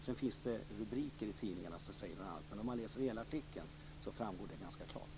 Sedan finns det rubriker i tidningarna som säger något annat, men om man läser hela artikeln framgår detta ganska klart.